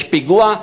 יש פיגוע,